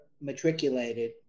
matriculated